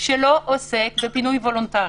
שלא עוסק בפינוי וולונטרי.